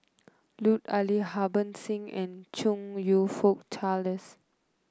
Lut Ali Harbans Singh and Chong You Fook Charles